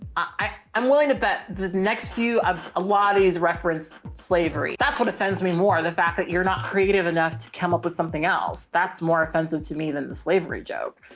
i'm willing to bet the next few, a ah lot of these reference slavery, that's what offends me more. the fact that you're not creative enough to come up with something else that's more offensive to me than the slavery joke.